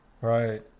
Right